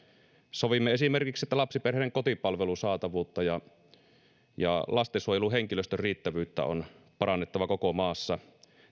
sovimme esimerkiksi että lapsiperheiden kotipalvelusaatavuutta ja lastensuojeluhenkilöstön riittävyyttä on parannettava koko maassa